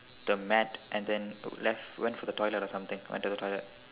the mat and then left went for the toilet or something went to the toilet